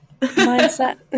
mindset